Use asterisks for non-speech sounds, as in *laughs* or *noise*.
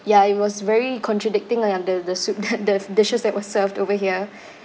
ya it was very contradicting leh the the soup the *laughs* the dishes that were served over here